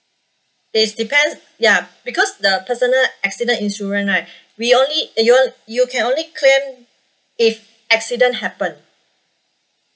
it's depends ya because the personal accident insurance right we only eh you on~ you can only claim if accident happen